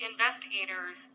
Investigators